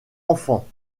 enfants